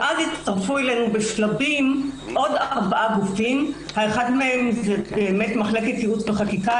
ואז הצטרפו אלינו בשלבים עוד ארבעה גופים: מחלקת ייעוץ וחקיקה,